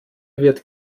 wird